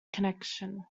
connection